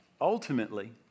ultimately